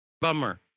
Bummer